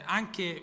anche